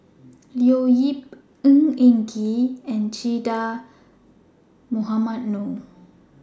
Leo Yip Ng Eng Kee and Che Dah Mohamed Noor